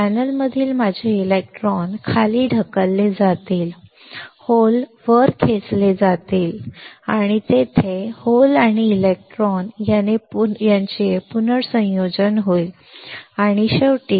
चॅनेलमधील माझे इलेक्ट्रॉन खाली ढकलले जातील होल वर खेचली जातील आणि तेथे होल आणि इलेक्ट्रॉन यांचे पुनर्संयोजन होईल आणि शेवटी